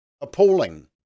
appalling